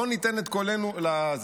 לא ניתן את קולנו לזה.